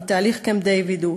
מתהליך קמפ-דייוויד,